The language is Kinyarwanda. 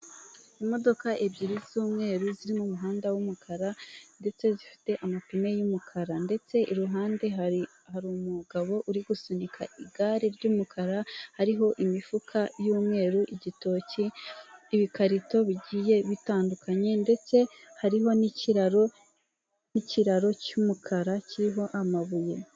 Imodoka ebyiri z'umweru ziri mu muhanda n'umukara ndetse zifite amapine y'umukara ndetse iruhande hari hari umugabo uri gusunika igare ry'umukara, hariho imifuka y'umweru, igitoki, ibikarito bigiye bitandukanye ndetse hariho n'ikiraro cy'umukara kiriho amabuye.